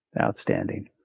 Outstanding